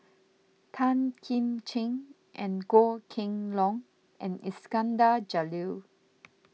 Tan Kim Ching Goh Kheng Long and Iskandar Jalil